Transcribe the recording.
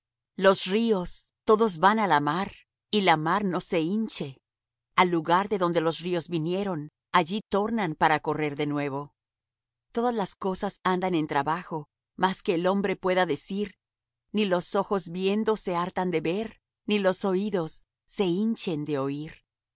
los ríos todos van á la mar y la mar no se hinche al lugar de donde los ríos vinieron allí tornan para correr de nuevo todas las cosas andan en trabajo mas que el hombre pueda decir ni los ojos viendo se hartan de ver ni los oídos se hinchen de oir